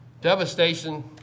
Devastation